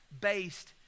based